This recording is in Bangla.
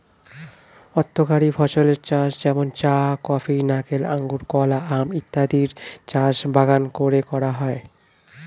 অর্থকরী ফসলের চাষ যেমন চা, কফি, নারিকেল, আঙুর, কলা, আম ইত্যাদির চাষ বাগান করে করা হয়